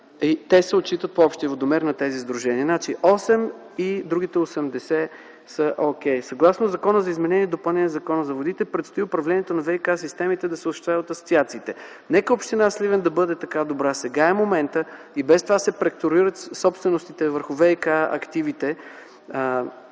Те се отчитат по общия водомер на тези сдружения. Тоест, осем, а другите 80 са о`кей. Съгласно Закона за изменение и допълнение на Закона за водите предстои управлението на ВиК-системите да се осъществява от асоциациите. Нека община Сливен да бъде така добра, сега е моментът, защото се преструктурират собственостите върху ВиК-активите,